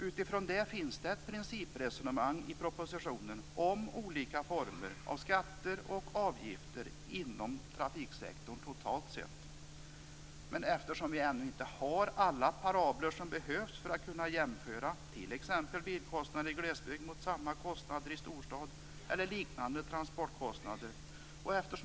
Här finns ett principresonemang i propositionen om olika former av skatter och avgifter inom trafiksektorn totalt sett. Vi har ännu inte alla parabler som behövs för att kunna jämföra t.ex. bilkostnader i glesbygd med motsvarande kostnader i storstad eller liknande transportkostnader.